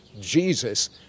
Jesus